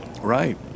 right